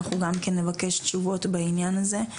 אנחנו גם כן נבקש תשובות בעניין הזה.